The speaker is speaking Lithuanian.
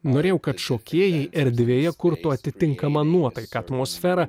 norėjau kad šokėjai erdvėje kurtų atitinkamą nuotaiką atmosferą